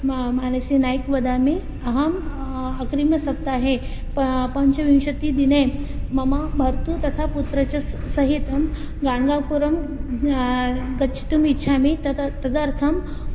म मानसि नाय्क् वदामि अहम् अग्रिमसप्ताहे पञ्चविंशतिदिने मम भर्तुः तथा पुत्रः च सहितं गाण्गापुरं गच्छितुम् इच्छामि तद् तदर्थं